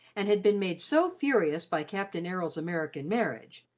and had been made so furious by captain errol's american marriage,